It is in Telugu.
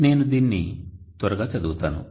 నేను దీనిని త్వరగా చదువుతాను